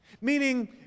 Meaning